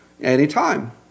anytime